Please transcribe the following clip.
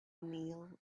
kneel